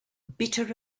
bitter